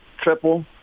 triple